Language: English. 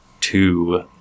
two